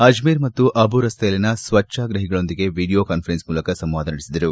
ಅಜ್ಲಿರ್ ಮತ್ತು ಅಬು ರಸ್ತೆಯಲ್ಲಿನ ಸ್ವಚ್ಯಾಗ್ರಹಿಗಳೊಂದಿಗೆ ವಿಡಿಯೋ ಕಾನ್ವರನ್ಸ್ ಮೂಲಕ ಸಂವಾದ ನಡೆಸಿದರು